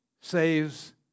saves